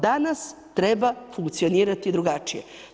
Danas treba funkcionirati drugačije.